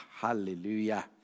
Hallelujah